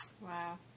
Wow